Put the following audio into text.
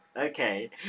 Okay